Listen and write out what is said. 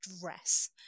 dress